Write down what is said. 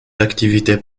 activités